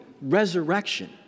resurrection